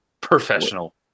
Professional